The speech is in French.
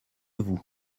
vous